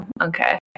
Okay